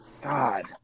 God